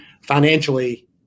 financially